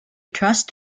trust